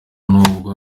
n’ubwo